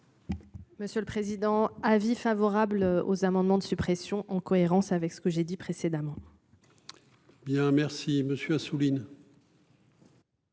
Monsieur le président. Avis favorable aux amendements de suppression en cohérence avec ce que j'ai dit précédemment. Bien merci monsieur Assouline.